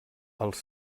els